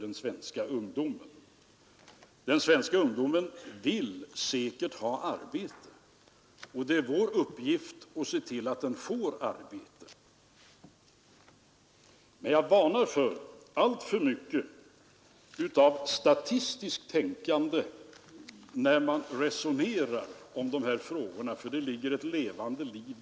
Den industriella utvecklingen kräver i fråga om forskning, utvecklings arbete och rationell produktion ett inslag av koncentration, det kommer man aldrig ifrån.